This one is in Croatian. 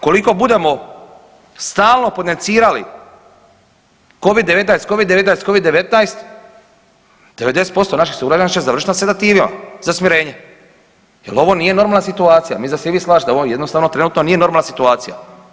Koliko budemo stalno potencirali Covid-19, Covid-19, Covid-19 90% naših sugrađana će završiti na sedativima za smirenja jel ovo nije normalna situacija, mislim da se i vi slažete ovo jednostavno trenutno nije normalna situacija.